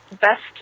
best